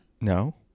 No